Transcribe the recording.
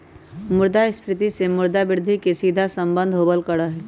मुद्रास्फीती से मुद्रा वृद्धि के सीधा सम्बन्ध होबल करा हई